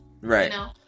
Right